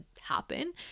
happen